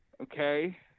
okay